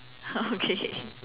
okay